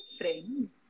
Friends